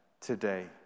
today